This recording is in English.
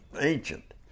ancient